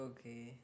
Okay